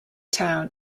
town